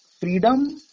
freedom